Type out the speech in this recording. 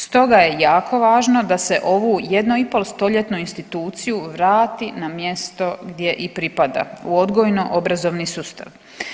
Stoga je jako važno da se ovu jednu i pol stoljetnu instituciju vrati na mjesto gdje i pripada u odgojno-obrazovni sustav.